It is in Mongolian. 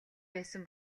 байсан